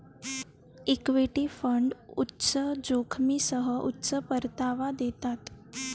equity fund उच्च जोखमीसह उच्च परतावा देतात